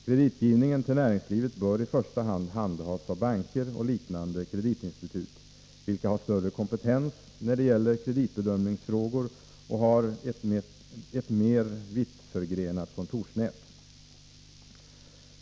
Kreditgivningen till näringslivet bör i första hand handhas av banker och liknande kreditinstitut, vilka har större kompetens när det gäller kreditbedömningsfrågor och ett mer vittförgrenat kontorsnät.